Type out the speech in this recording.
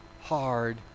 hard